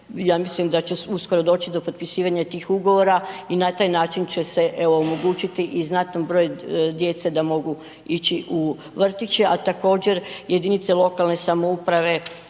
mislim da će uskoro doći do potpisivanja tih ugovora i na taj način će se evo omogućiti i znatnom broju djece da mogu ići u vrtiće, a također jedinice lokalne samouprave